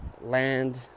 land